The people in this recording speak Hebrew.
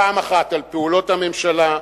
פעם אחת על פעולות הממשלה,